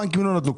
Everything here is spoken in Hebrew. הבנקים לא נתנו.